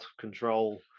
control